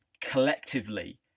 collectively